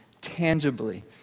tangibly